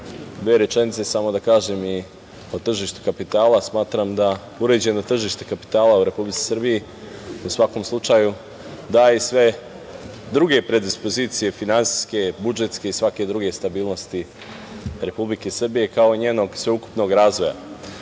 dve rečenice samo da kažem i o tržištu kapitala. Smatram da uređeno tržište kapitala u Republici Srbiji u svakom slučaju daje i sve druge predispozicije finansije, budžetske i svake druge stabilnosti Republike Srbije, kao i njenog sveukupnog razvoja.